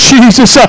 Jesus